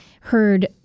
heard